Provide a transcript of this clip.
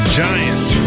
giant